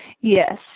Yes